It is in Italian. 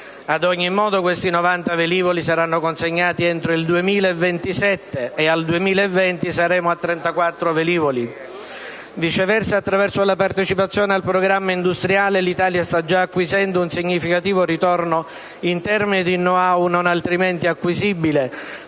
Ad ogni modo, questi 90 velivoli saranno consegnati entro il 2027 e al 2020 saremo a 34 velivoli. Viceversa, attraverso la partecipazione al programma industriale, l'Italia sta già acquisendo un significativo ritorno in termini di *know-how* non altrimenti acquisibile,